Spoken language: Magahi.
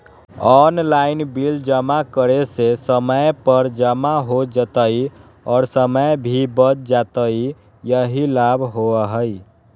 ऑनलाइन बिल जमा करे से समय पर जमा हो जतई और समय भी बच जाहई यही लाभ होहई?